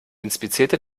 inspizierte